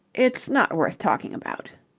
it's not worth talking about.